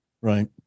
Right